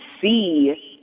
see